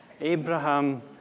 Abraham